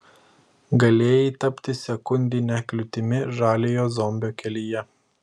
galėjai tapti sekundine kliūtimi žaliojo zombio kelyje